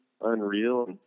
unreal